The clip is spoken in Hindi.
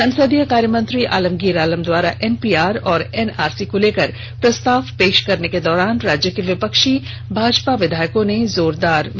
संसदीय कार्यमंत्री आलमगीर आलम द्वारा एनपीआर और एनआरसी को लेकर प्रस्ताव पेश करने के दौरान राज्य के विपक्षी भाजपा विधायकों ने जोरदार विरोध किया